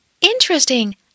Interesting